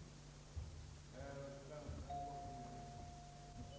vara någon nyhet för herr Palm.